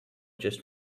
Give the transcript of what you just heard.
just